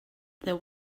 there